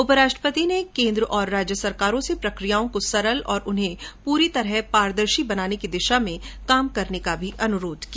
उपराष्ट्रपति ने केन्द्र और राज्य सरकारों से प्रक्रियाओं को सरल और उन्हें पूरी तरह पारदर्शी बनाने की दिशा में काम करने का अनुरोध भी किया